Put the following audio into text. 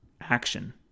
action